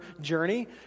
journey